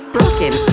Broken